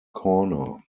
corner